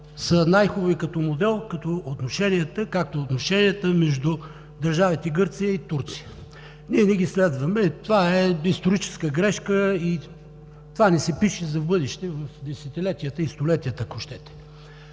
са най-хубави като модел и отношение, както са отношенията между държавите Гърция и Турция. Ние не ги следваме, а това е историческа грешка и ни се пише за в бъдеще в десетилетията и столетията, ако щете.